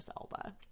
elba